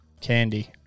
candy